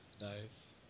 Nice